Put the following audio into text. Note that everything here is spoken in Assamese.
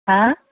হাঁ